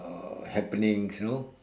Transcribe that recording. uh happenings you know